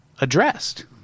addressed